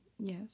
Yes